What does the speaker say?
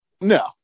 No